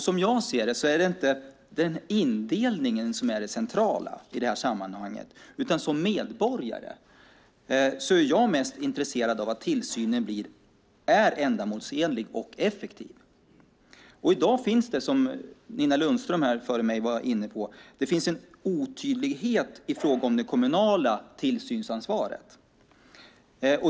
Som jag ser det är det inte indelningen som är det centrala i sammanhanget. Som medborgare är jag i stället mest intresserad av att tillsynen är ändamålsenlig och effektiv. Som Nina Lundström var inne på här före mig finns i dag en otydlighet i fråga om det kommunala tillsynsansvaret.